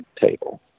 table